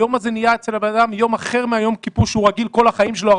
היום הזה נהיה אצל אותו אדם יום אחר מיום הכיפור שהוא רגיל בכל חייו.